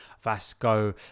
Vasco